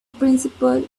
principle